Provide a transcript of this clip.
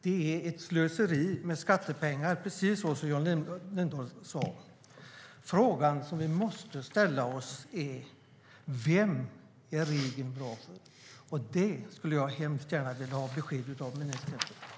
Det är slöseri med skattepengar, som Jan Lindholm sade. Frågan vi måste ställa oss är: Vem är regeln bra för? Detta skulle jag hemskt gärna vilja ha besked av ministern om.